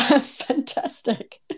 Fantastic